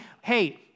hey